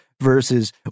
versus